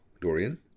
Dorian